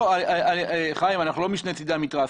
אנחנו לא משני צדי המתרס.